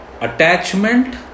attachment